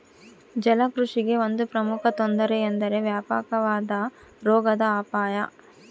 ಜಲಕೃಷಿಗೆ ಒಂದು ಪ್ರಮುಖ ತೊಂದರೆ ಎಂದರೆ ವ್ಯಾಪಕವಾದ ರೋಗದ ಅಪಾಯ